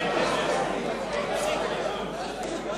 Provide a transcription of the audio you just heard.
היה פה